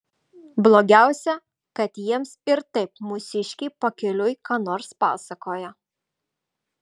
blogiausia kad jiems ir taip mūsiškiai pakeliui ką nors pasakoja